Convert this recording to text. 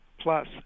plus